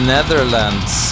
Netherlands